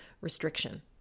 restriction